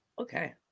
Okay